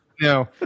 No